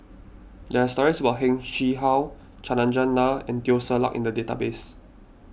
there are stories about Heng Chee How Chandran Nair and Teo Ser Luck in the database